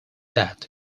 that